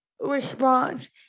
response